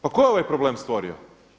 Pa tko je ovaj problem stvorio?